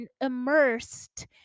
immersed